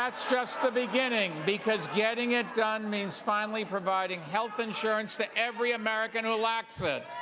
that is just the beginning. because getting it done means finally providing health insurance to every american who lacks it.